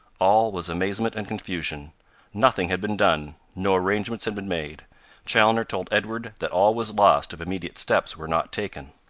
all was amazement and confusion nothing had been done no arrangements had been made chaloner told edward that all was lost if immediate steps were not taken.